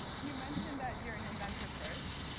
you mentioned that you're an inventor first,